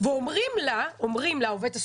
ואומרת לה העובדת הסוציאלית: